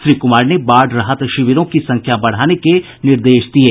श्री कुमार ने बाढ़ राहत शिविरों की संख्या बढ़ाने के निर्देश दिये